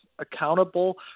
Accountable